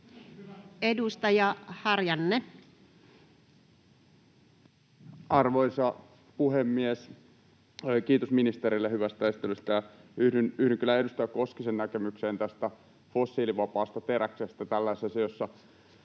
10:09 Content: Arvoisa puhemies! Kiitos ministerille hyvästä esittelystä. Yhdyn kyllä edustaja Koskisen näkemykseen tästä fossiilivapaasta teräksestä. Tällaisissa asioissa